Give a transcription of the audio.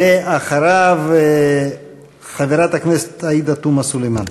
ואחריו, חברת הכנסת עאידה תומא סלימאן.